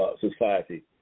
society